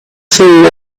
food